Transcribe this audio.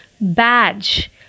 Badge